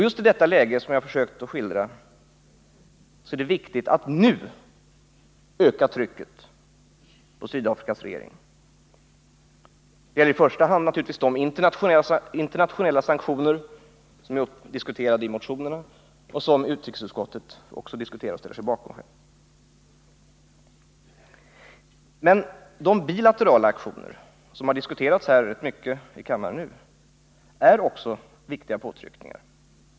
Just i detta läge, som jag försökt skildra, är det viktigt att nu öka trycket på Sydafrikas regering. Det gäller i första hand naturligtvis de internationella sanktioner som tagits upp i motionerna och som utrikesutskottet diskuterat och ställt sig bakom. Men de bilaterala aktionerna, som diskuterats rätt mycket nu i kammaren, är också viktiga påtryckningar.